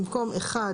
במקום "(1),